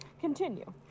Continue